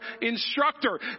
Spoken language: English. instructor